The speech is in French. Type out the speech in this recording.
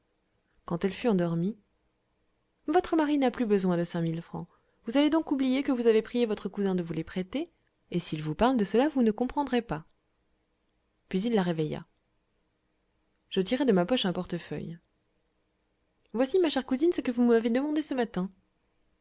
quand elle fut endormie votre mari n'a plus besoin de cinq mille francs vous allez donc oublier que vous avez prié votre cousin de vous les prêter et s'il vous parle de cela vous ne comprendrez pas puis il la réveilla je tirai de ma poche un portefeuille voici ma chère cousine ce que vous m'avez demandé ce matin